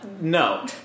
No